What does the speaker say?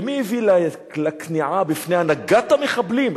ומי הביא לכניעה בפני הנהגת המחבלים?